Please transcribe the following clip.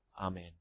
Amen